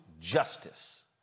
justice